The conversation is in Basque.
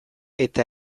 eta